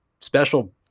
special